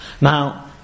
Now